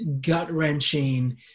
gut-wrenching